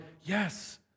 yes